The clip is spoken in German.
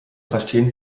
verstehen